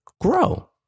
grow